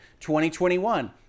2021